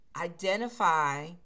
Identify